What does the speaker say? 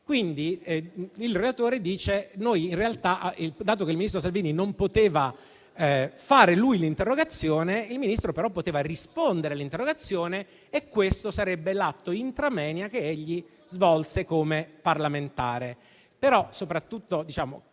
Pertanto il relatore afferma che il ministro Salvini non poteva presentare l'interrogazione, ma poteva rispondere all'interrogazione e questo sarebbe l'atto *intra moenia* che egli svolse come parlamentare.